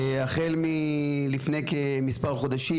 החל מלפני כמספר חודשים,